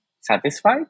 satisfied